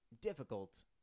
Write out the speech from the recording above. difficult